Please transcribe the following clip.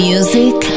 Music